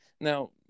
Now